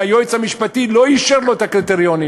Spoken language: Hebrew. היועץ המשפטי לא אישר לו את הקריטריונים.